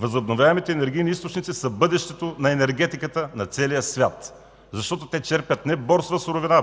Възобновяемите енергийни източници са бъдещето на енергетиката на целия свят, защото те черпят не борсова суровина,